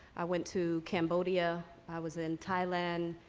i went to cambodia, i was in thailand,